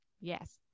yes